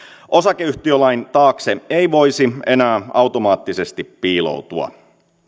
osakeyhtiölain taakse ei voisi enää automaattisesti piiloutua